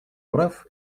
прав